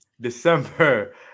December